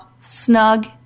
snug